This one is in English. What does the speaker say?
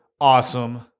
awesome